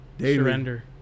surrender